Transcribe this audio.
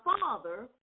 Father